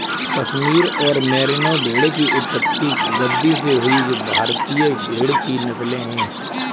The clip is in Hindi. कश्मीर और मेरिनो भेड़ की उत्पत्ति गद्दी से हुई जो भारतीय भेड़ की नस्लें है